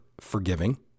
forgiving